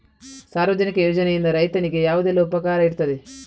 ಸಾರ್ವಜನಿಕ ಯೋಜನೆಯಿಂದ ರೈತನಿಗೆ ಯಾವುದೆಲ್ಲ ಉಪಕಾರ ಇರ್ತದೆ?